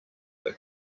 but